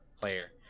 player